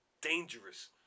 dangerous